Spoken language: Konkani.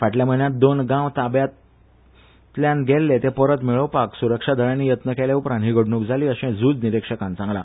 फाटल्या म्हयन्यांत दोन गांव ताब्यातल्यान गेल्ले ते परत मेळोवपाक सुरक्षा दळानी यत्न केले उपरांत ही घडणूक जाली अशें झुज निरीक्षकान सांगला